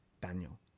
Daniel